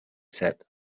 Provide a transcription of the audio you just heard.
said